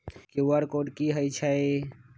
QR code कि हई छई?